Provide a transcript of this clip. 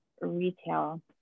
retail